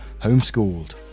homeschooled